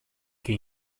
que